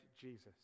Jesus